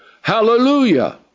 Hallelujah